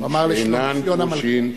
אמר לשלומציון המלכה.